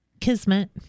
Kismet